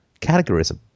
categorism